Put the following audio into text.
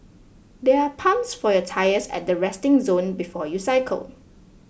there are pumps for your tyres at the resting zone before you cycle